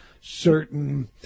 certain